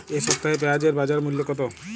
এ সপ্তাহে পেঁয়াজের বাজার মূল্য কত?